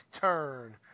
turn